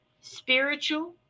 spiritual